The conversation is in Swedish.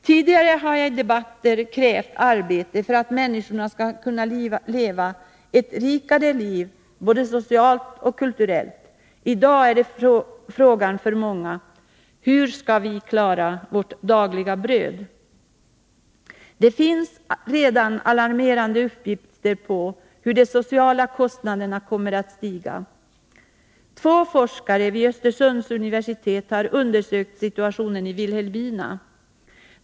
Tidigare har jag i många debatter krävt arbete för att människor skall kunna leva ett rikare liv både socialt och kulturellt. I dag är frågan för många hur de skall klara sitt dagliga bröd. Det finns redan alarmerande uppgifter på hur de sociala kostnaderna kommer att stiga. Två forskare vid Östersunds universitet har undersökt situationen i Vilhelmina.